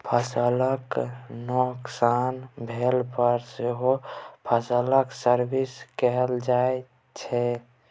फसलक नोकसान भेला पर सेहो फसलक सर्वे कएल जाइ छै